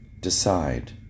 Decide